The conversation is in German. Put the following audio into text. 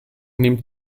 nimmt